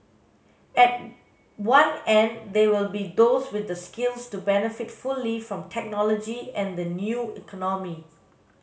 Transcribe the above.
at one end there will be those with the skills to benefit fully from technology and the new economy